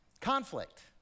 Conflict